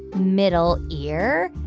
middle ear.